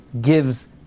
gives